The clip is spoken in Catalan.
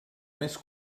més